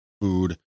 food